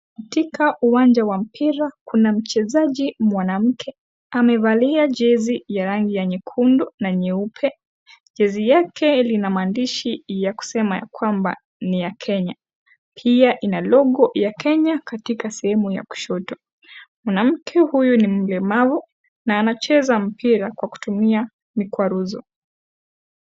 Katika uwanja wa mpira kuna mchezaji mwanamke amevalia jezi ya rangi ya nyekundu na nyeupe, jezi yake ina maandishi ya kusema ya kwamba ni ya Kenya. Pia ina logo ya kenya katika sehemu ya kushoto. Mwanamke huyu ni mlemavu na anacheza mpira kutumia mikwaruzo.